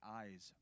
eyes